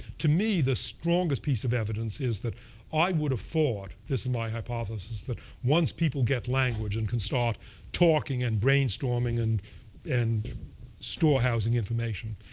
to me, the strongest piece of evidence is that i would have thought this and my hypothesis that once people get language and can start talking and brainstorming and and storehousing information,